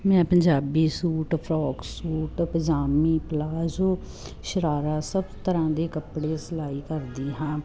ਮੈਂ Punjabi suit frock suit ਪਜਾਮੀ palazzo sharara ਸਭ ਤਰ੍ਹਾਂ ਦੇ ਕੱਪੜੇ ਸਿਲਾਈ ਕਰਦੀ ਹਾਂ